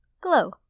Glow